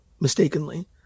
mistakenly